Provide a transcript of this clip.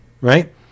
right